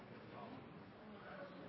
representanten Skei Grande er så